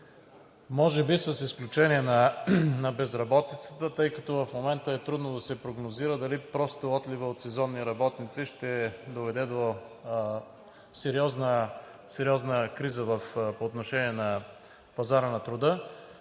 Може би с изключение на безработицата, тъй като в момента е трудно да се прогнозира дали просто отливът от сезонни работници ще доведе до сериозна криза по отношение на пазара на труда.